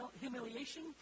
humiliation